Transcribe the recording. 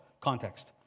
context